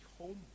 home